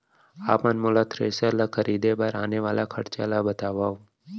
आप मन मोला थ्रेसर ल खरीदे बर आने वाला खरचा ल बतावव?